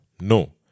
No